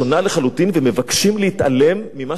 ומבקשים להתעלם ממה שקורה כאן